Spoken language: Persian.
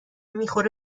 میخوره